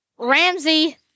Ramsey